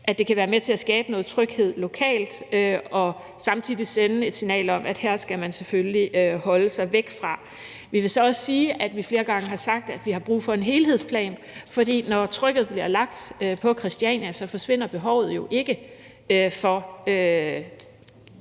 at det kan være med til at skabe noget tryghed lokalt og samtidig sende et signal om, at man selvfølgelig skal holde sig væk fra området. Vi vil så også sige, at vi flere gange har sagt, at vi har brug for en helhedsplan, for når trykket bliver lagt på Christiania, forsvinder behovet for